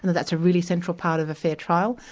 that's a really central part of a fair trial.